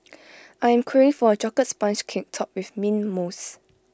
I am craving for A Chocolate Sponge Cake Topped with Mint Mousse